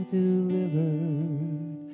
delivered